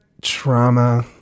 trauma